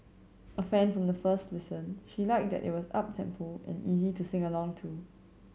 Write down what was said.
a fan from the first listen she liked that it was uptempo and easy to sing along to